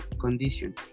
condition